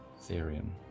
Therion